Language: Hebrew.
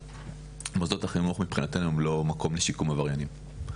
מוסדות החינוך מבחינתנו הוא לא מקום לשיקום עבריינים.